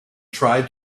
tried